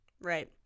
Right